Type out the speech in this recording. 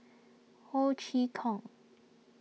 Ho Chee Kong